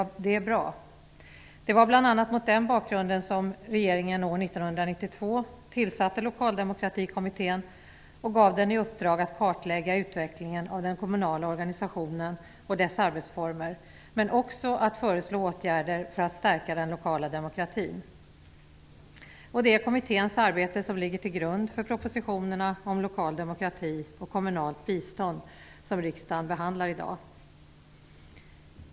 Det är bra. Det var bl.a. mot den bakgrunden som regeringen år 1992 tillsatte Lokaldemokratikommittén och gav den i uppdrag att kartlägga utvecklingen av den kommunala organisationen och dess arbetsformer men också att föreslå åtgärder för att stärka den lokala demokratin. Det är den kommitténs arbete som ligger till grund för de propositioner om lokal demokrati och kommunal biståndsverksamhet som riksdagen behandlar i dag.